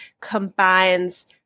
combines